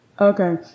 Okay